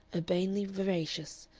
urbanely voracious,